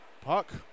Puck